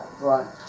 Right